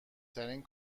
ترین